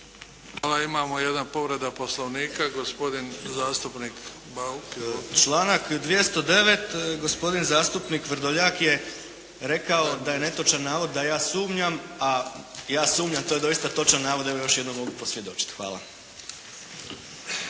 Hvala. Imamo jednu povredu Poslovnika. Gospodin zastupnik Bauk. **Bauk, Arsen (SDP)** Gospodin zastupnik Vrdoljak je rekao da je netočan navod da ja sumnjam, a ja sumnjam to je doista točan navod, evo još jednom mogu posvjedočiti. Hvala.